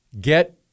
get